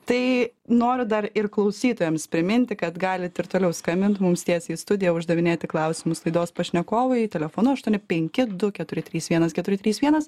tai noriu dar ir klausytojams priminti kad galit ir toliau skambint mums tiesiai į studiją uždavinėti klausimus laidos pašnekovui telefonu aštuoni penki du keturi trys vienas keturi trys vienas